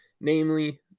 Namely